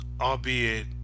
albeit